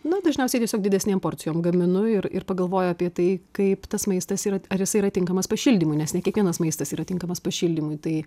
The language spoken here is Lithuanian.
nu dažniausiai tiesiog didesnėm porcijom gaminu ir ir pagalvoju apie tai kaip tas maistas yra ar jis yra tinkamas pašildymui nes ne kiekvienas maistas yra tinkamas pašildymui tai